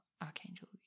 Archangel